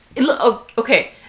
Okay